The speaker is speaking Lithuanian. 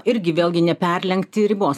irgi vėlgi neperlenkti ribos